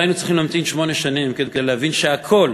לא היינו צריכים להמתין שמונה שנים כדי להבין שהכול,